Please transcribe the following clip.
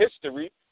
history